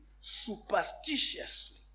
superstitiously